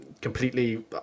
completely